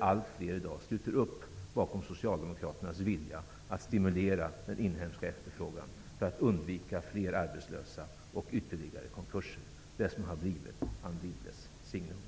Allt fler sluter i dag upp bakom Socialdemokraternas vilja att stimulera den inhemska efterfrågan, för att undvika fler arbetslösa och ytterligare konkurser, det som har blivit Anne Wibbles signum.